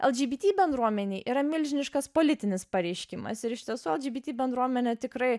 lgbt bendruomenei yra milžiniškas politinis pareiškimas ir iš tiesų lgbt bendruomenė tikrai